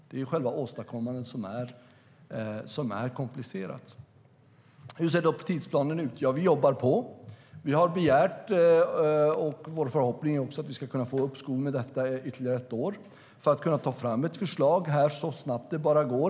Det är själva åstadkommandet som är kompliceratHur ser då tidsplanen ut? Vi jobbar på. Vi har begärt - och det är också vår förhoppning att vi ska kunna få det - uppskov med detta i ytterligare ett år för att kunna ta fram ett förslag så snabbt det bara går.